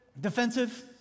defensive